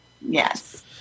Yes